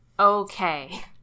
Okay